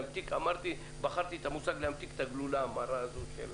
להמתיק את הגלולה המרה הזאת.